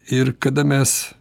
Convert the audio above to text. ir kada mes